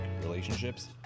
relationships